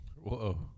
Whoa